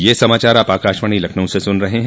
ब्रे क यह समाचार आप आकाशवाणी लखनऊ से सुन रहे हैं